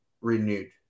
renewed